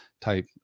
type